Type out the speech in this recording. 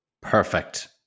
perfect